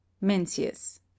Mencius